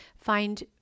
find